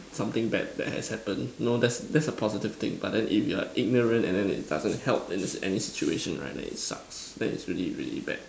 something bad that has happened no that that's a positive thing but then if you're like ignorant and then it doesn't help in any s~ any situation right then it sucks then it's really really bad